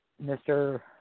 Mr